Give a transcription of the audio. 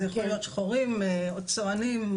זה יכול להיות שחורים או צוענים,